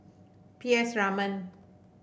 P S Raman